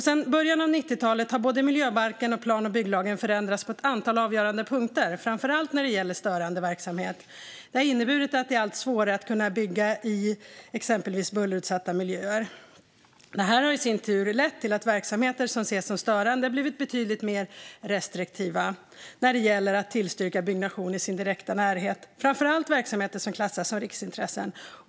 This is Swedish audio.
Sedan början av 90-talet har både miljöbalken och plan och bygglagen förändrats på ett antal avgörande punkter, framför allt när det gäller störande verksamhet. Det har inneburit att det har blivit allt svårare att kunna bygga i till exempel bullerutsatta miljöer. Det har i sin tur lett till att verksamheter som ses som störande har blivit betydligt mer restriktiva när det gäller att tillstyrka byggnation i den direkta närheten, framför allt verksamheter som klassas som riksintressen.